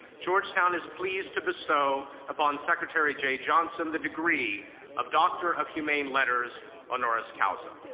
georgetown is pleased to bestow upon secretary jeh johnson the degree of doctor of humane letters, honoris causa.